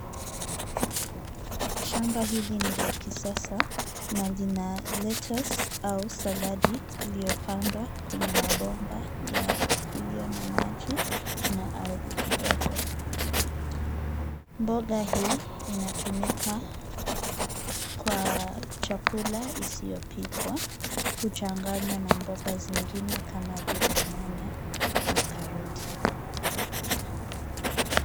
Shamba hili ni la kisasa na lina lettuce au saladi iliyopandwa kwenye mabomba iliyo na maji na ardhi kidogo. Mboga hii inatumika kwa chakula isiyopikwa. Huchanganywa na mboga zingine kama vile nyanya na karoti.